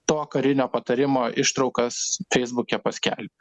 to karinio patarimo ištraukas feisbuke paskelbė